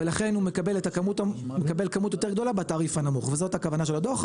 ולכן הוא מקבל כמות יותר גדולה בתעריף הנמוך וזאת הכוונה של הדוח.